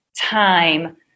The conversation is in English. time